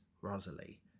Rosalie